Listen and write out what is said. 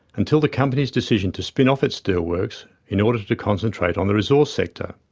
until the company's decision to spin off its steelworks in order to to concentrate on the resource sector.